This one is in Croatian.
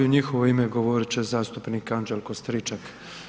U njihovo ime govorit će zastupnik Anđelko Stričak.